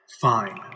Fine